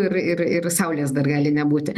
ir ir ir saulės dar gali nebūti